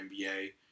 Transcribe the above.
NBA